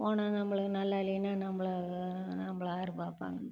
போனால் நம்மளை நல்லா இல்லைன்னா நம்மள நம்மள யார் பார்ப்பாங்கண்ட்டு